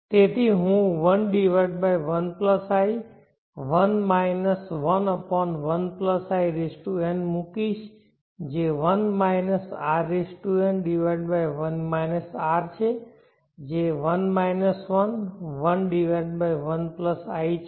તેથી હું 11i 1 11in મૂકીશ જે 1 rn1 r છે જે 1 1 1 1 i છે